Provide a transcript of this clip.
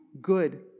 good